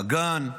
הגן,